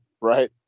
right